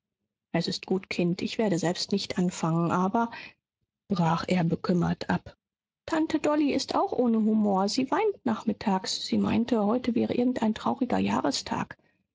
es ist gut kind ich werde selbst nicht anfangen aber brach er bekümmert ab tante dolly ist auch ohne humor sie weinte nachmittags sie meinte heute wäre irgendein trauriger jahrestag